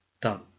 Done